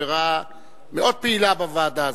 כחברה מאוד פעילה בוועדה הזאת.